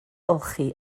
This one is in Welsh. olchi